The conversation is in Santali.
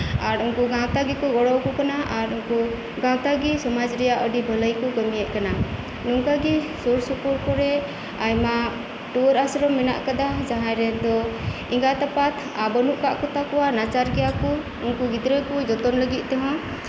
ᱟᱨ ᱩᱱᱠᱩ ᱜᱟᱶᱛᱟ ᱜᱮᱠᱚ ᱜᱚᱲᱚ ᱟᱠᱚ ᱠᱟᱱᱟ ᱟᱨ ᱜᱟᱶᱛᱟ ᱜᱮ ᱥᱚᱢᱟᱡ ᱨᱮᱱᱟᱜ ᱟᱹᱰᱤ ᱵᱷᱟᱹᱞᱟᱹᱭ ᱠᱚ ᱠᱟᱹᱢᱤᱭᱮᱜ ᱠᱟᱱᱟ ᱱᱚᱝᱠᱟᱜᱮ ᱥᱩᱨ ᱥᱩᱯᱩᱨ ᱠᱚᱨᱮᱜ ᱟᱭᱢᱟ ᱴᱩᱣᱟᱹᱨ ᱟᱥᱨᱚᱢ ᱢᱮᱱᱟᱜ ᱠᱟᱫᱟ ᱡᱟᱸᱦᱟᱭ ᱨᱮᱱ ᱫᱚ ᱮᱸᱜᱟᱛ ᱟᱯᱟᱛ ᱵᱟᱹᱱᱩᱜ ᱠᱟᱜ ᱠᱚᱣᱟ ᱱᱟᱪᱟᱨ ᱜᱮᱭᱟ ᱠᱚ ᱩᱱᱠᱩ ᱜᱤᱫᱽᱨᱟᱹ ᱡᱚᱛᱚᱱ ᱞᱟᱹᱜᱤᱫ ᱛᱮᱦᱚᱸ